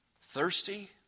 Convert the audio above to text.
thirsty